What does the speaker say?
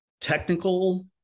technical